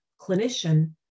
clinician